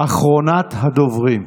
אחרונת הדוברים.